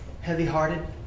heavy-hearted